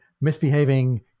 misbehaving